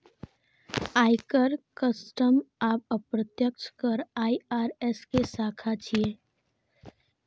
आयकर, कस्टम आ अप्रत्यक्ष कर आई.आर.एस के शाखा छियै